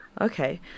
Okay